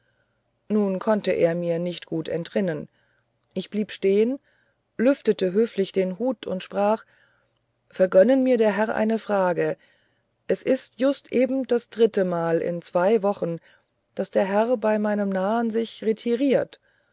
nun konnte er mir nicht gut entrinnen ich blieb stehen lüftete höflich den hut und sprach vergönnen mir der herr eine frage es ist just eben das drittemal in zwei wochen daß der herr bei meinem nahen sich retiriert